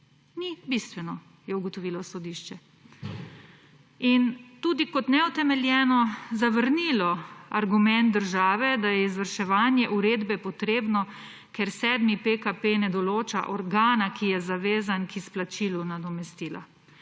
ni bistveno, je ugotovilo sodišče. In tudi kot neutemeljeno zavrnilo argument države, da je izvrševanje uredbe potrebno, ker 7. PKP ne določa organa, ki je zavezan k izplačilu nadomestila.